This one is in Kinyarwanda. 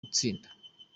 gutsinda